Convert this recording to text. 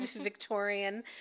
Victorian